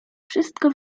wszystko